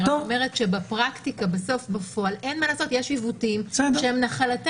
אני רק אומר שבפועל בסופו של דבר אין מה לעשות יש עיוותים שהם נחלתנו.